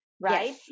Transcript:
right